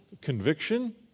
conviction